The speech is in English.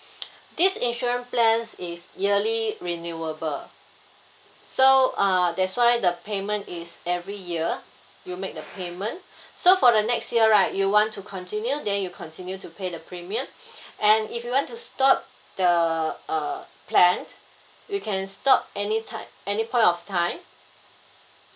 this insurance plans is yearly renewable so uh that's why the payment is every year you make the payment so for the next year right you want to continue then you continue to pay the premium and if you want to stop the uh plan you can stop any time any point of time